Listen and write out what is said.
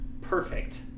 perfect